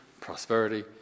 prosperity